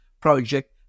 project